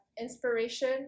inspiration